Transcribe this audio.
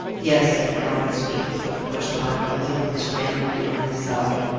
yes, said allan, speaking, for the first time, a little constrainedly on his side.